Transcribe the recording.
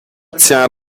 tiers